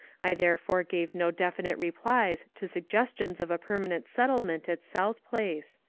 i therefore gave no definite replies to suggestions of a permanent settlement at south place.